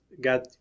got